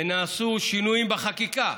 ונעשו שינויים בחקיקה,